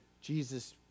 Jesus